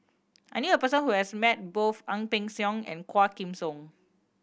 I knew a person who has met both Ang Peng Siong and Quah Kim Song